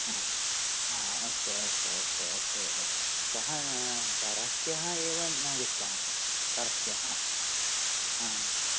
हा अस्तु अस्तु अस्तु अस्तु एव सः परह्यः एव नगच्छामि परह्यः परह्यः हा